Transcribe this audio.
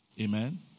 Amen